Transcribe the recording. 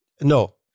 No